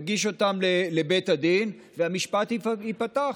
יגיש אותם לבית הדין והמשפט ייפתח.